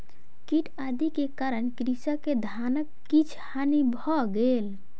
कीट आदि के कारण कृषक के धानक किछ हानि भ गेल